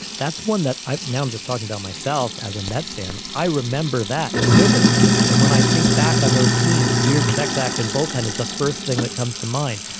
that's one that i now i'm just talking about myself as a mets fan. i remember that vividly. and when i think back on those teams, weird sex act and bullpen is the first thing that comes to mind.